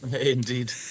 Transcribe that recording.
Indeed